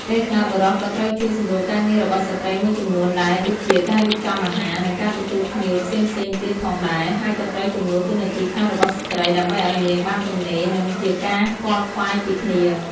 ពេលខ្លះបុរសក៏ត្រូវជួយសម្រួលការងាររបស់ស្ត្រីមួយចំនួនដែលដូចជា ការរៀបចំអាហារ និងការទទួលភ្ញៀវផ្សេងៗទៀតផងដែរ ហើយក៏ត្រូវជំនួសតួនាទីខ្លះរបស់ស្រ្តី ដើម្បីឲ្យនាងបានទំនេរ និងជាការខ្វល់ខ្វាយពីគ្នា។